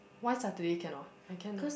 why Saturday cannot I can leh